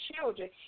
children